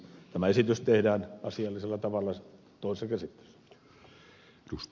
tämä esitys tehdään asiallisella tavalla toisessa käsittelyssä